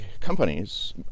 companies